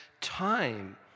time